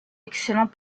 excellent